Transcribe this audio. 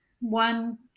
One